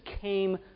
came